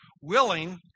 willing